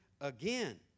again